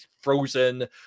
frozen